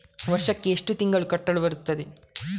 ವರ್ಷಕ್ಕೆ ಎಷ್ಟು ತಿಂಗಳು ಕಟ್ಟಲು ಬರುತ್ತದೆ?